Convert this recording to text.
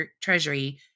Treasury